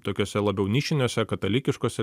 tokiuose labiau nišiniuose katalikiškuose